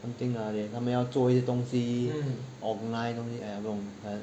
something lah 他们要做一些东西 online 东西 !aiya! 不懂